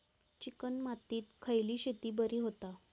Chicken मातीत खयली शेती बरी होता?